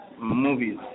movies